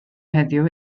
heddiw